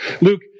Luke